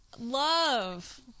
Love